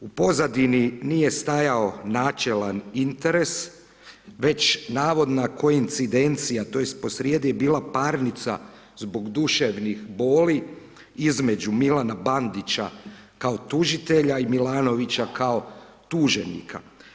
U pozadini nije stajao načelan interes, već navodno koincidencija, tj. po sredi je bila parnica zbog duševnih boli između Milana Bandića kao tužitelja i Milanovića kao tuženika.